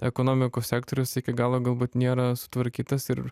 ekonomikos sektorius iki galo galbūt nėra sutvarkytas ir